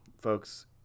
Folks